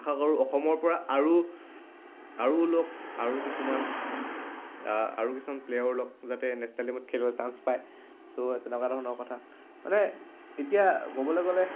আশা কৰোঁ অসমৰ পৰা আৰু আৰু ওলাওক আৰু কিছুমান আৰু কিছুমান প্লেয়াৰ ওলাওক যাতে নেচনেল টীমত খেলুৱৈ চাঞ্চ পায় চ' তেনেকুৱা ধৰণৰ কথা মানে এতিয়া ক'বলৈ গ'লে